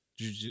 Jujutsu